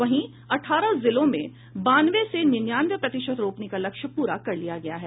वहीं अठारह जिलों में बानवे से निन्यानवे प्रतिशत रोपनी का लक्ष्य पूरा कर लिया गया है